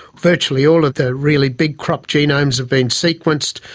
virtually all of the really big crop genomes have been sequenced,